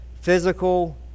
physical